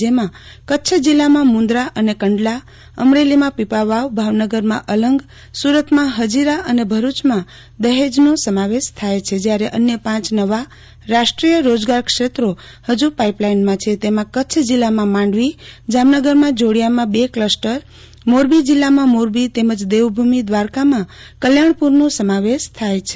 જેમાં કચ્છ જિલ્લામાં મુંદરા અને કંડલા અમરેલીમાં પીપાવાવ ભાવનગરમાં અલંગ સુરતમાં ફજીરા અને ભરૂચમાં દફેજનો સમાવેશ થાય છે જ્યારે અન્ય પાંચ નવા રાષ્ટ્રીય રોજગાર ક્ષેત્રો ફજુ પાઇપલાઇનમાં છે તેમાં કચ્છ જિલ્લામાં માંડવી જામનગરમાં જોડિયામાં બે ક્લસ્ટર મોરબી જિલ્લામાં મોરબી તેમજ દેવભૂમિ દ્વારકામાં કલ્યાણપુરનો સમાવેશ થાય છે